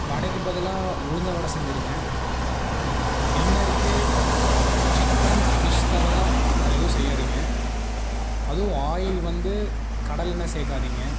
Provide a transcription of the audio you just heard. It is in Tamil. வடைக்கு பதிலாக உளுந்து வடை செஞ்சுருங்க டின்னருக்கு சிக்கன் ஃபிஷ் தவிர வேறு எதுவும் செய்யாதீங்க அதுவும் ஆயில் வந்து கடலை எண்ணெய் சேர்க்காதீங்க